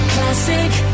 Classic